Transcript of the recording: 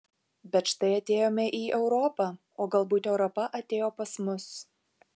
bet štai atėjome į europą o galbūt europa atėjo pas mus